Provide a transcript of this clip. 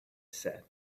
said